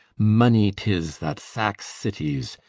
money tis that sacks cities,